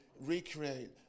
recreate